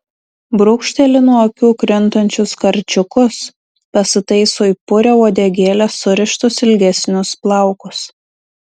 brūkšteli nuo akių krintančius karčiukus pasitaiso į purią uodegėlę surištus ilgesnius plaukus